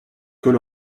cole